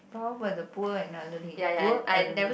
how about the poor and elderly poor elderly